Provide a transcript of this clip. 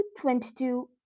22